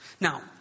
Now